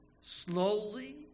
slowly